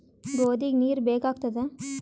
ಗೋಧಿಗ ನೀರ್ ಬೇಕಾಗತದ?